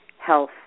health